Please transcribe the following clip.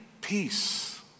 peace